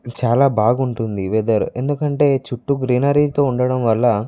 చాలా బాగుంటుంది వెథర్ ఎందుకంటే చుట్టూ గ్రీనరీతో ఉండడం వల్ల